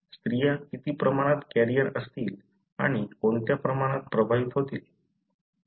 स्त्रिया किती प्रमाणात कॅरियर असतील आणि कोणत्या प्रमाणात प्रभावित होतील